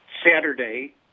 Saturday